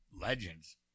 Legends